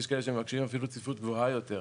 יש כאלו שמבקשים אפילו צפיפות גבוהה יותר.